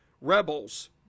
rebels